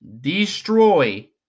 destroy